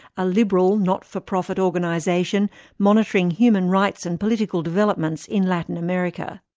a liberal, not-for-profit organisation monitoring human rights and political developments in latin america.